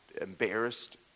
embarrassed